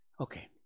Okay